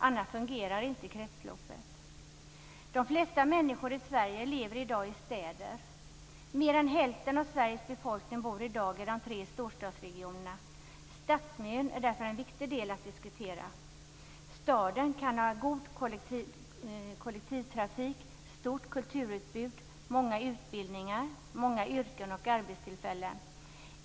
Annars fungerar inte kretsloppet. De flesta människor i Sverige lever i dag i städer. Mer än hälften av Sveriges befolkning bor i dag i de tre storstadsregionerna. Stadsmiljön är därför en viktig del att diskutera. Staden kan ha god kollektivtrafik, stort kulturutbud, många utbildningar, många yrken och arbetstillfällen.